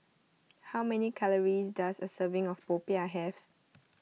how many calories does a serving of Popiah have